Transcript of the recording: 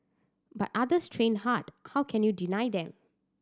but others train hard how can you deny them